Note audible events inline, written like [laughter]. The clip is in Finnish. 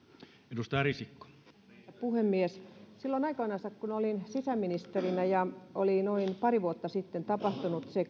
arvoisa puhemies silloin aikoinansa kun olin sisäministerinä ja oli noin pari vuotta sitten kaksituhattaviisitoista tapahtunut se [unintelligible]